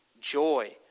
joy